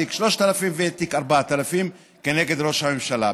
את תיק 3000 ואת תיק 4000 כנגד ראש הממשלה.